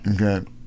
Okay